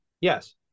yes